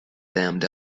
damned